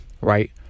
right